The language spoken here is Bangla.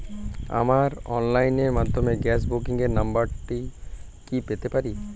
আমার অনলাইনের মাধ্যমে গ্যাস বুকিং এর নাম্বারটা কি পেতে পারি?